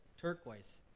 turquoise